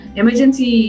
emergency